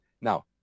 Now